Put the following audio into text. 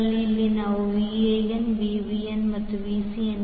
ಆದ್ದರಿಂದ ಇಲ್ಲಿ ನಾವು Van Vbn ಮತ್ತು Vcn